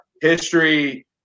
history